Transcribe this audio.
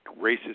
racist